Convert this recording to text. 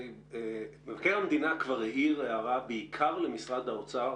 מבקר המדינה כבר העיר הערה בעיקר למשרד האוצר